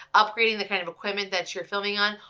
upgrading the kind of equipment that you're filming on,